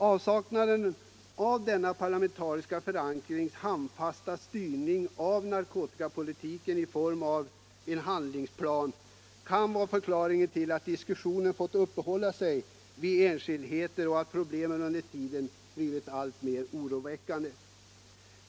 Avsaknaden av denna parlamentariskt förankrade handfasta styrning av narkotikapolitiken i form av en handlingsplan kan vara en förklaring till att diskussionerna fått röra enskildheter och att problemen under tiden blivit alltmer oroväckande.